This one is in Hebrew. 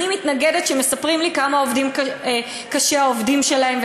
אני מתנגדת כשמספרים לי כמה עובדים קשה העובדים שלהם.